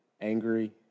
angry